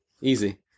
Easy